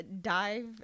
dive